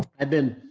i've been